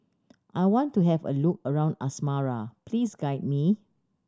I want to have a look around Asmara please guide me